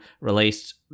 released